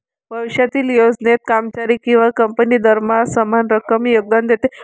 भविष्यातील योजनेत, कर्मचारी किंवा कंपनी दरमहा समान रक्कम योगदान देते